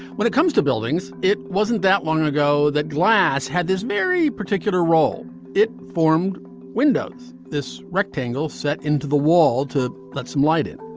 when it comes to buildings, it wasn't that long ago that glass had this very particular role it formed windows, this rectangle set into the wall to let some light in.